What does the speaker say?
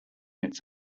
its